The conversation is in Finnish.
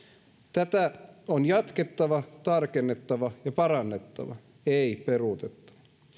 tätä on jatkettava tarkennettava ja parannettava ei peruutettava